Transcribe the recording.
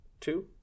Two